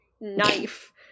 knife